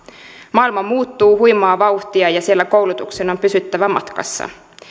maailma muuttuu huimaa vauhtia ja siellä koulutuksen on pysyttävä matkassa